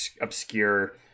obscure